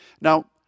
Now